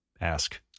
ask